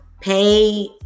pay